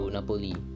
Napoli